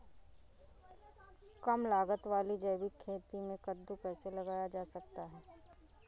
कम लागत वाली जैविक खेती में कद्दू कैसे लगाया जा सकता है?